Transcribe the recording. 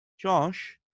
Josh